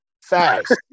fast